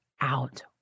out